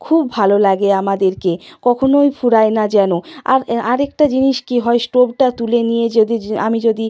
খুব ভালো লাগে আমাদেরকে কখনোই ফুরায় না যেন আর আর একটা জিনিস কী হয় স্টোভটা তুলে নিয়ে যদি য আমি যদি